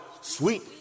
Sweet